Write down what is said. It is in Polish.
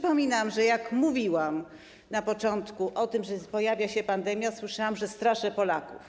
Przypominam, że jak mówiłam na początku o tym, że pojawia się pandemia, słyszałam, że straszę Polaków.